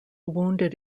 wounded